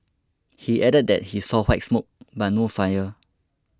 he added that he saw white smoke but no fire